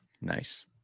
Nice